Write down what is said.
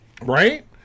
Right